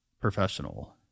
Professional